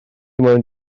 moyn